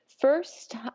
First